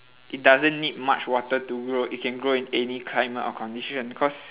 it doesn't need much water to grow it can grow in any climate or condition cause